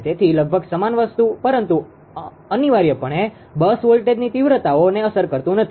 તેથી લગભગ સમાન વસ્તુ પરંતુ અનિવાર્યપણે બસ વોલ્ટેજની તીવ્રતાઓને અસર કરતું નથી